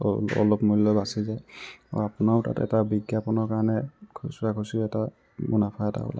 অ অলপ মূল্য বাচি যায় আৰু আাপোনাৰ তাত এটা বিজ্ঞাপনৰ কাৰণে খুচুৰা খুচুৰি এটা মুনাফা এটা ওলায়